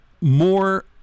more